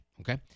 okay